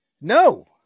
No